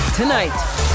Tonight